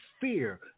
fear